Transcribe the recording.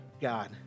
God